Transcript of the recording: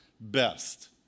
best